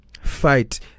fight